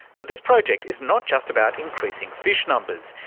but this project is not just about increasing fish numbers,